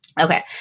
Okay